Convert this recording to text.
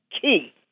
key